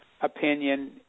opinion